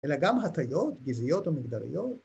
‫אלא גם הטיות, גזעיות ומגדריות.